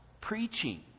preaching